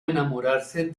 enamorarse